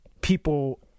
people